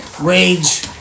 rage